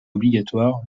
obligatoire